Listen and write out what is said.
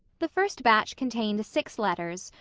the first batch contained six letters,